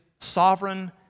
sovereign